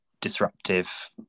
disruptive